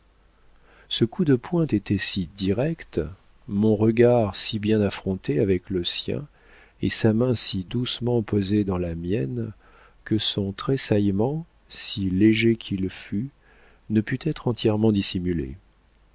ce coup de pointe était si direct mon regard si bien affronté avec le sien et sa main si doucement posée dans la mienne que son tressaillement si léger qu'il fût ne put être entièrement dissimulé